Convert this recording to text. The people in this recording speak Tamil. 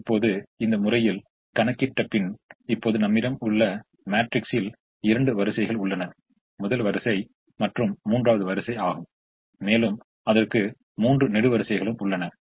இப்போது இந்த முறையில் கணக்கிட்ட பின் இப்போது நம்மிடம் உள்ள மேட்ரிக்ஸில் இரண்டு வரிசைகள் உள்ளன முதல் வரிசை மற்றும் மூன்றாவது வரிசை ஆகும் மேலும் அதற்கு மூன்று நெடுவரிசைகளும் உள்ளன